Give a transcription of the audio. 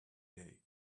day